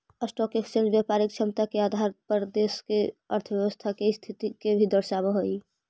stock exchange व्यापारिक क्षमता के आधार पर देश के अर्थव्यवस्था के स्थिति के भी दर्शावऽ हई